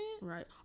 Right